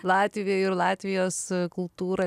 latvijoje ir latvijos kultūrą